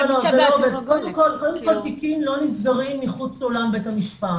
קודם כל תיקים לא נסגרים מחוץ לאולם בית המשפט.